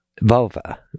vulva